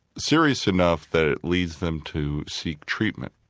serious enough that it leads them to seek treatment.